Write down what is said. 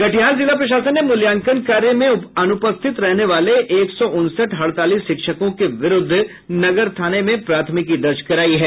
कटिहार जिला प्रशासन ने मूल्यांकन कार्य मे अनुपस्थित रहने वाले एक सौ उनसठ हड़ताली शिक्षकों के विरुद्ध नगर थाने में प्राथमिकी दर्ज कराई है